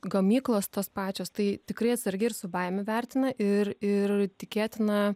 gamyklos tos pačios tai tikrai atsargiai ir su baime vertina ir ir tikėtina